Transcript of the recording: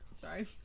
Sorry